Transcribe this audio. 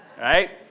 Right